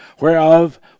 Whereof